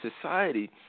society